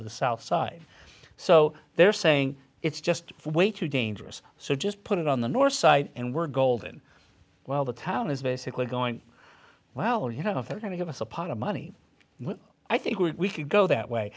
the south side so they're saying it's just way too dangerous so just put it on the north side and we're golden well the town is basically going well you know if they're going to give us a pot of money i think we could go that way